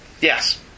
Yes